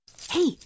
Hey